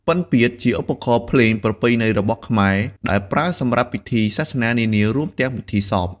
ពិណពាទ្យជាឧបករណ៍ភ្លេងប្រពៃណីរបស់ខ្មែរ ដែលប្រើសម្រាប់ពិធីសាសនានានា រួមទាំងពិធីសព។